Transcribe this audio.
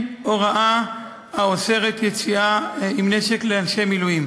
הוראה האוסרת יציאה עם נשק לאנשי מילואים.